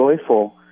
joyful